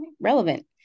relevant